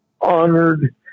honored